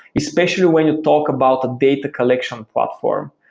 especially when you talk about the data collection platform.